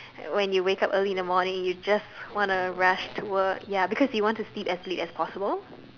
when you wake up early in the morning you just want to rush to work ya because you want to sleep as late as possible